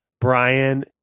Brian